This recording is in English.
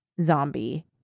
zombie